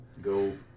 go